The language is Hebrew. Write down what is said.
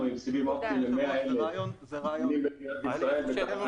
עם סיבים אופטיים ל-100,000 בתים במדינת ישראל.